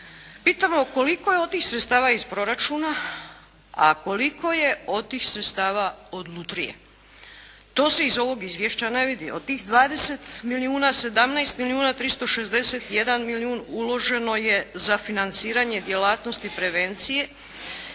Pitamo koliko je od tih sredstava iz proračuna, a koliko je od tih sredstava od lutrije. To se iz ovog izvješća ne vidi. Od tih 20 milijuna, 17 milijuna 361 milijun uloženo je za financiranje djelatnosti prevencije